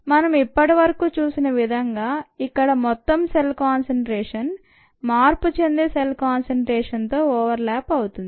మనం ఇప్పటి వరకు చూసిన విధంగా ఇక్కడ మొత్తం సెల్ కాన్సంట్రేషన్ మార్పు చెందే సెల్ కాన్సంట్రేషన్తో ఓవర్ ల్యాప్ అవుతుంది